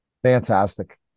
Fantastic